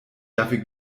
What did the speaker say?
dafür